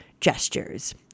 gestures